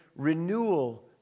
Renewal